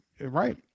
Right